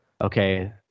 okay